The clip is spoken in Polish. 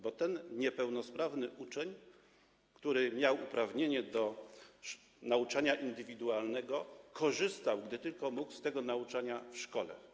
Bo ten niepełnosprawny uczeń, który miał uprawnienie do nauczania indywidualnego, korzystał, gdy tylko mógł, z tego nauczania w szkole.